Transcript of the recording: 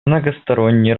многосторонний